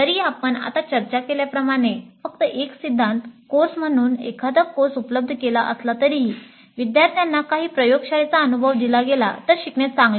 जरी आपण आता चर्चा केल्याप्रमाणे फक्त एक सिद्धांत कोर्स म्हणून एखादा कोर्स उपलब्ध केला असला तरीही विद्यार्थ्यांना काही प्रयोगशाळेचा अनुभव दिला गेला तर शिकणे चांगले